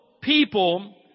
people